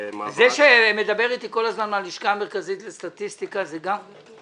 העברת --- זה שמדבר איתי כל הזמן מהלשכה המרכזית לסטטיסטיקה זה גם?